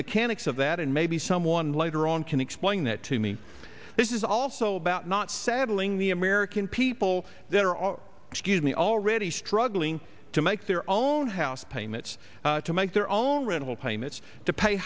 mechanics of that and maybe someone later on can explain that to me this is also about not saddling the american people that are are excuse me already struggling to make their own house payments to make their own rental payments to pay